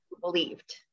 believed